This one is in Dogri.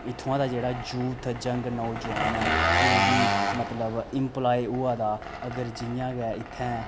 इत्थुआं दा जेह्ड़ा यूथ यंग नौजोआन ऐ ओह् बी मतलब इम्पलाय होआ दा अगर जियां गै इत्थें